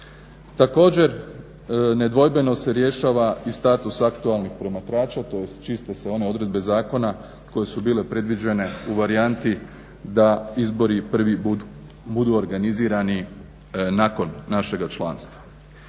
Također, nedvojbeno se rješava i status aktualnih promatrača, tj. čiste se one odredbe zakona koje su bile predviđene u varijanti da izbori prvi budu organizirani nakon našega članstva.